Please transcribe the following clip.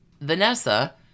Vanessa